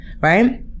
right